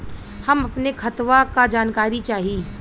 हम अपने खतवा क जानकारी चाही?